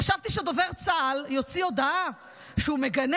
חשבתי שדובר צה"ל יוציא הודעה שהוא מגנה